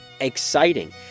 exciting